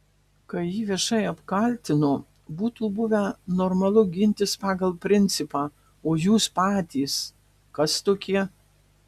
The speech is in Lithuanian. kai jį viešai apkaltino būtų buvę normalu gintis pagal principą o jūs patys kas tokie